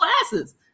classes